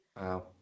wow